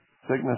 Sickness